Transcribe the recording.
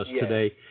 today